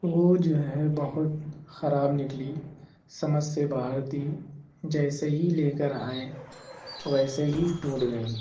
وہ جو ہے بہت خراب نکلیں سمجھ سے باہر تھی جیسے ہی لے کر آئے ویسے ہی ٹوٹ گئیں